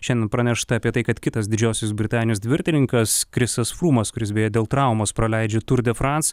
šiandien pranešta apie tai kad kitas didžiosios britanijos dviratininkas krisas frūmas kuris beje dėl traumos praleidžia tur de frans